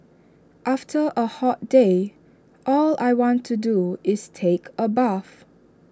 after A hot day all I want to do is take A bath